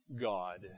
God